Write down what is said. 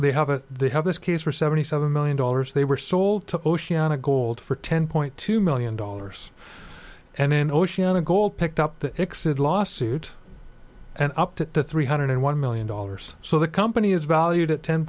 it they have this case for seventy seven million dollars they were sold to oceana gold for ten point two million dollars and in oceana gold picked up the exit lawsuit and up to three hundred one million dollars so the company is valued at ten